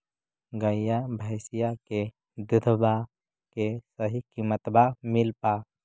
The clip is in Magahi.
गईया भैसिया के दूधबा के सही किमतबा मिल पा?